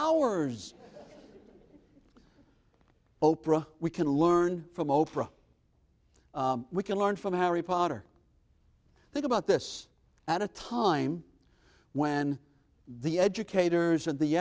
hours oprah we can learn from oprah we can learn from harry potter think about this at a time when the educators